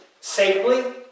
safely